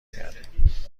کردیم